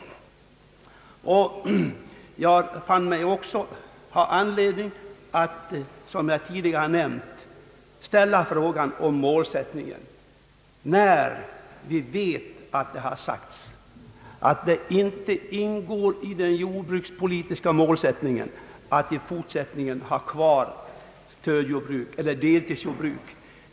Jag kan också ha anledning att, som jag tidigare nämnt, ställa frågan om målsättningen, eftersom vi vet att det har sagts att i den jordbrukspolitiska målsättningen inte ingår att i fortsättningen ha kvar deltidsjordbruk.